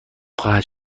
خواهد